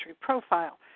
profile